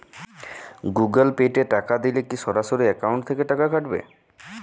Google Pay তে টাকা দিলে কি সরাসরি অ্যাকাউন্ট থেকে টাকা কাটাবে?